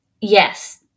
yes